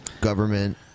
government